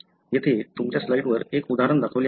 येथे तुमच्या स्लाइडवर एक उदाहरण दाखवले आहे